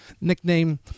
nickname